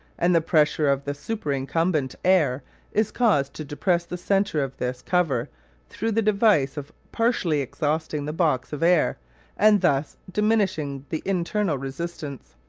and the pressure of the superincumbent air is caused to depress the centre of this cover through the device of partially exhausting the box of air and thus diminishing the internal resistance.